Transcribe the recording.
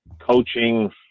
coaching